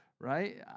right